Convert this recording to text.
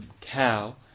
cow